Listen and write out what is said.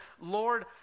Lord